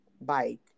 bike